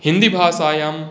हिन्दीभाषायां